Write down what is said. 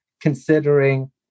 considering